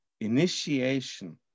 initiation